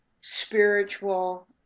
spiritual